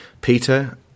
Peter